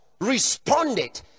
responded